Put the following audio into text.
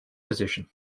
position